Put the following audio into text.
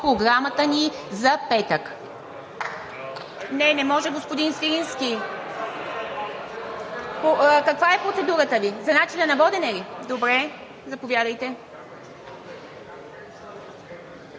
Програмата ни за петък.